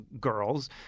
girls